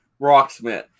rocksmith